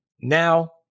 Now